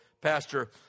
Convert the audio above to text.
pastor